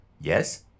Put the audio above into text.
Yes